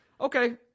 Okay